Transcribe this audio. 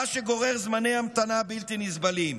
מה שגורר זמני המתנה בלתי נסבלים.